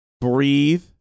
breathe